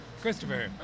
Christopher